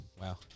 wow